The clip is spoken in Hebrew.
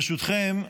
ברשותכם,